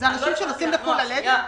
אלה אנשים שנוסעים לחו"ל ללדת?